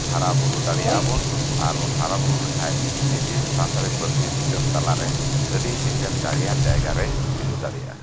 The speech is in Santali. ᱦᱟᱨᱟ ᱵᱩᱨᱩ ᱫᱟᱲᱤᱭᱟᱜᱼᱟ ᱵᱩᱱ ᱟᱨᱵᱩᱱ ᱦᱟᱨᱟ ᱵᱩᱨᱩ ᱞᱮᱠᱷᱟᱡ ᱢᱤᱫ ᱫᱤᱱ ᱥᱟᱱᱛᱟᱲᱤ ᱯᱟᱹᱨᱥᱤ ᱫᱤᱥᱟᱹᱢ ᱛᱟᱞᱟᱨᱮ ᱟᱹᱰᱤ ᱢᱤᱫᱴᱟᱱ ᱫᱟᱲᱤᱭᱟᱱ ᱡᱟᱭᱜᱟᱨᱮᱭ ᱛᱤᱸᱜᱩ ᱫᱟᱲᱤᱭᱟᱜᱼᱟ